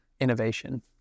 innovation